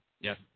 Yes